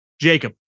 Jacob